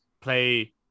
play